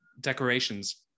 decorations